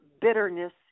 bitterness